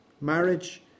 Marriage